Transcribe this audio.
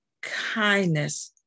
kindness